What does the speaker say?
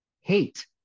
Hate